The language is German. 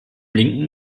linken